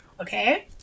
Okay